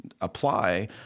apply